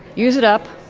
use it up,